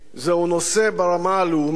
זהו נושא ברמה הלאומית,